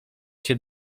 się